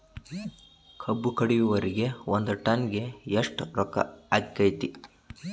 ಕಬ್ಬು ಕಡಿಯುವರಿಗೆ ಒಂದ್ ಟನ್ ಗೆ ಎಷ್ಟ್ ರೊಕ್ಕ ಆಕ್ಕೆತಿ?